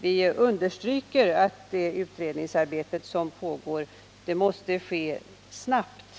Vi understryker att det utredningsarbete som pågår måste ske snabbt.